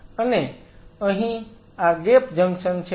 અને અહીં આ ગેપ જંકશન છે